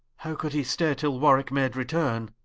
how could he stay till warwicke made returne?